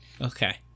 okay